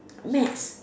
math